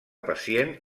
pacient